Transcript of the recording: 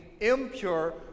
impure